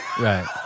right